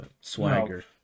swagger